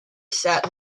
sat